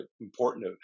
important